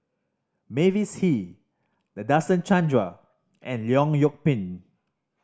Mavis Hee Nadasen Chandra and Leong Yoon Pin